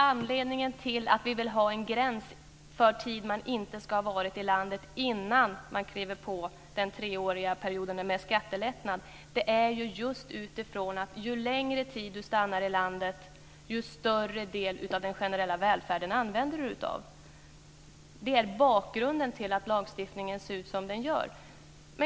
Anledningen till att vi vill ha en gräns för den tid som man får ha varit i landet innan man går in i den treåriga perioden med skattelättnad är just att ju längre tid man stannar i landet, desto större del av den generella välfärden använder man sig av. Det är bakgrunden till att lagstiftningen ser ut som den gör.